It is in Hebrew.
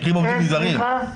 סליחה,